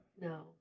No